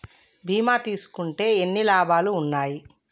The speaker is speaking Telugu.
బీమా తీసుకుంటే ఎన్ని లాభాలు ఉన్నాయి?